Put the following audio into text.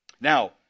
Now